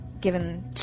given